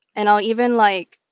and i'll even, like,